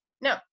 No